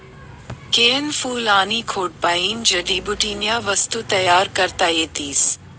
केयनं फूल आनी खोडपायीन जडीबुटीन्या वस्तू तयार करता येतीस